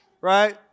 right